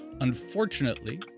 Unfortunately